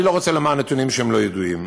אני לא רוצה לומר נתונים שהם לא ידועים,